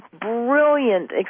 brilliant